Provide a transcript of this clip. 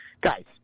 Guys